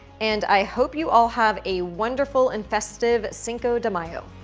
and i hope you all have a wonderful and festive cinco de mayo.